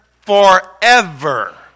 forever